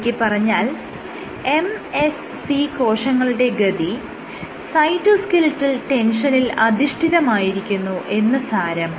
ചുരുക്കിപ്പറഞ്ഞാൽ MSC കോശങ്ങളുടെ ഗതി സൈറ്റോസ്കെലിറ്റൽ ടെൻഷനിൽ അധിഷ്ഠിതമായിരിക്കുന്നു എന്ന് സാരം